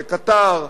בקטאר,